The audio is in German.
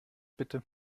bitte